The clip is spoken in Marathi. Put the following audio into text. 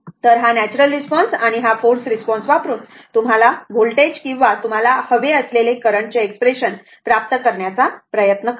तर हा नॅच्युरल रिस्पॉन्स आणि फोर्स रिस्पॉन्स वापरुन तुम्हाला व्होल्टेज किंवा तुम्हाला हवे असलेले करंटचे एक्सप्रेशन प्राप्त करण्याचा प्रयत्न करा